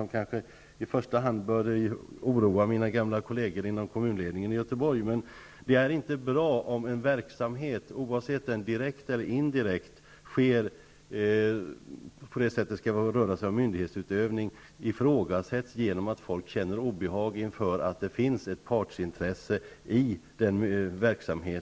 Detta borde i första hand oroa mina kolleger inom kommunledningen i Göteborg. Oavsett om en verksamhet sker direkt eller indirekt -- eller om det rör sig om myndighetsutövning -- är det inte bra om den ifrågasätts genom att folk känner obehag inför att det finns ett partsintresse i denna verksamhet.